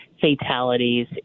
fatalities